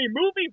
movie